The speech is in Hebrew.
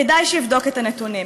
כדאי שיבדוק את הנתונים.